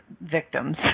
victims